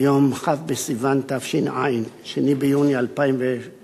ביום כ' בסיוון תש"ע, 2 ביוני 2010,